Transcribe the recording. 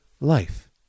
life